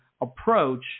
approach